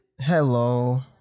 Hello